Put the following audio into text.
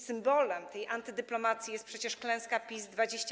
Symbolem tej antydyplomacji jest przecież klęska PiS 27:1.